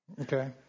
Okay